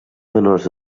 menors